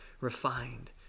refined